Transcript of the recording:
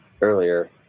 earlier